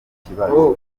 kibazo